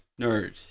Nerd